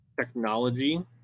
technology